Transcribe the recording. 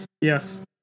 Yes